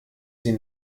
sie